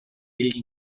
degli